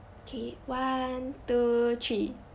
okay one two three